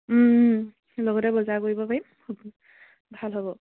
লগতে বজাৰ কৰিব পাৰিম হ'ব ভাল হ'ব